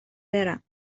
برم